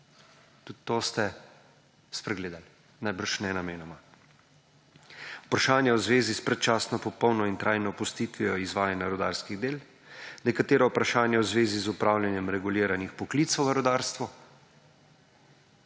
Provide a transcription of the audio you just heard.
tudi to ste spregledali najbrž ne namenoma. Vprašanja v zvezi s predčasno, popolno in trajno opustitvijo izvajanja rudarskih del. Nekatera vprašanja v zvezi z upravljanjem reguliranih poklicev v rudarstvu,